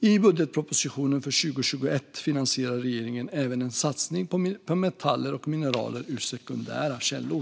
I budgetpropositionen för 2021 finansierar regeringen även en satsning på metaller och mineral ur sekundära källor.